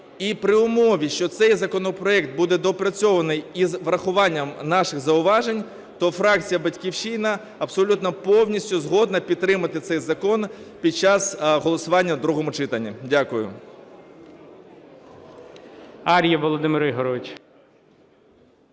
і при умові, що цей законопроект буде доопрацьований із урахуванням наших зауважень, то фракція "Батьківщина" абсолютно повністю згодна підтримати цей закон під час голосування в другому читанні. Дякую.